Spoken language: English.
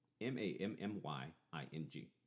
M-A-M-M-Y-I-N-G